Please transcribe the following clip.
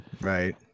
right